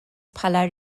bħala